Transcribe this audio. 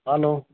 hello